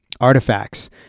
artifacts